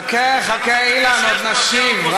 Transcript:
מה הקשר בין, חכה, חכה, אילן, עוד נשיב.